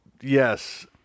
Yes